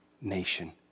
nation